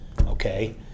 okay